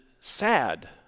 sad